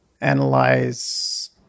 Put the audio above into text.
analyze